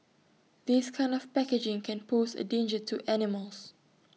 this kind of packaging can pose A danger to animals